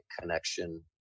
connection